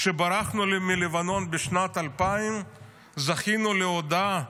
כשברחנו מלבנון בשנת 2000 זכינו להודעה